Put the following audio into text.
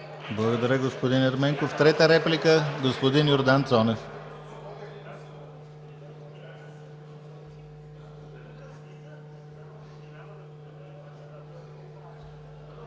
Благодаря, господин Ерменков. За трета реплика – господин Йордан Цонев.